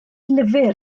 lyfr